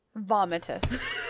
Vomitous